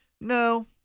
No